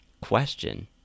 question